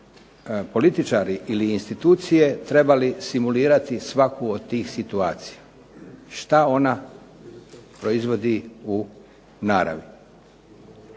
političari ili institucije trebali simulirati svaku od tih situacija šta ona proizvodi u naravi.